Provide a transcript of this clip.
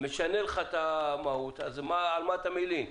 משנה לך את המהות אז מה אתה מלין?